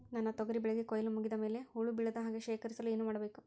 ನನ್ನ ತೊಗರಿ ಬೆಳೆಗೆ ಕೊಯ್ಲು ಮುಗಿದ ಮೇಲೆ ಹುಳು ಬೇಳದ ಹಾಗೆ ಶೇಖರಿಸಲು ಏನು ಮಾಡಬೇಕು?